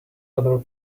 other